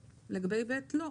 לגבי (ב) - לא.